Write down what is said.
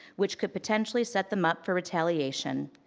which could potentially set them up for retaliation.